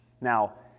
Now